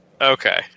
Okay